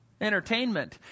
Entertainment